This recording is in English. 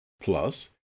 Plus